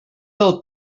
del